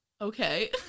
Okay